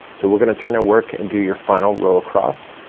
so we're gonna turn our work and do your final row across.